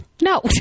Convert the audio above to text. No